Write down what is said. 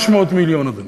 300 מיליון.